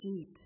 deep